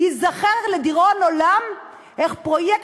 ייזכר לדיראון עולם איך פרויקט,